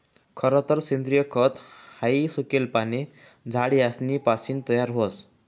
खरतर सेंद्रिय खत हाई सुकेल पाने, झाड यासना पासीन तयार व्हस